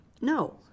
No